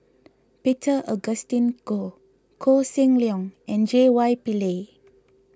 Peter Augustine Goh Koh Seng Leong and J Y Pillay